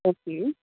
okay